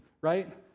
right